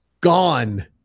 gone